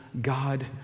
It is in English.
God